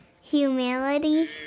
Humility